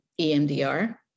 EMDR